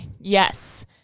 yes